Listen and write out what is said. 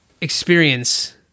experience